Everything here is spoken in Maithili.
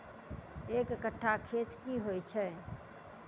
एक कट्ठा खेत की होइ छै?